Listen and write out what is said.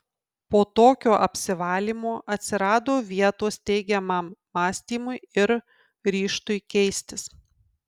po tokio apsivalymo atsirado vietos teigiamam mąstymui ir ryžtui keistis